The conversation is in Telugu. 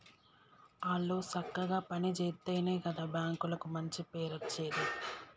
ఆళ్లు సక్కగ పని జేత్తెనే గదా బాంకులకు మంచి పేరచ్చేది